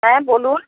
হ্যাঁ বলুন